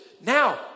Now